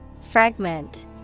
Fragment